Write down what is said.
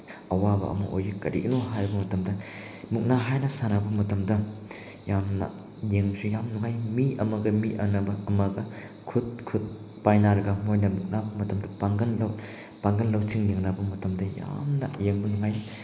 ꯑꯋꯥꯕ ꯑꯃ ꯑꯣꯏꯔꯦ ꯀꯔꯤꯒꯤꯅꯣ ꯍꯥꯏꯕ ꯃꯇꯝꯗ ꯃꯨꯛꯅꯥ ꯍꯥꯏꯅ ꯁꯥꯟꯅꯕ ꯃꯇꯝꯗ ꯌꯥꯝꯅ ꯌꯦꯡꯕꯁꯨ ꯌꯥꯝ ꯅꯨꯡꯉꯥꯏ ꯃꯤ ꯑꯃꯒ ꯃꯤ ꯑꯃꯒ ꯈꯨꯠ ꯈꯨꯠ ꯄꯥꯏꯅꯔꯒ ꯃꯣꯏꯅ ꯃꯨꯛꯅꯕ ꯃꯇꯝꯗ ꯄꯥꯡꯒꯜ ꯄꯥꯡꯒꯜ ꯂꯧꯁꯤꯡ ꯌꯦꯡꯅꯕ ꯃꯇꯝꯗ ꯌꯥꯝꯅ ꯌꯦꯡꯕ ꯅꯨꯡꯉꯥꯏ